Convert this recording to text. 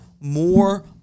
more